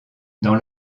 dans